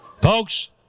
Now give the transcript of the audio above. folks